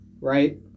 right